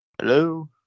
Hello